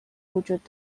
وجود